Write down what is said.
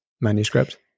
manuscript